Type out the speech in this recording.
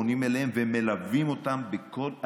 פונים אליהם ומלווים אותם בכל התהליך.